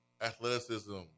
athleticism